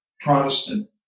Protestant